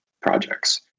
projects